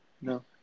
No